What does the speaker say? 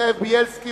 זאב בילסקי,